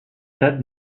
said